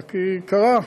אלא כי קרה עכשיו,